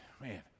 man